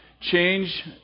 change